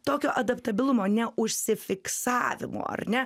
tokio adaptabilumo neužsifiksavimo ar ne